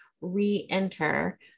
re-enter